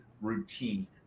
routine